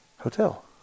Hotel